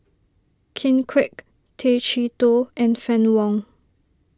Ken Kwek Tay Chee Toh and Fann Wong